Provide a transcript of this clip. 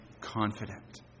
confident